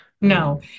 No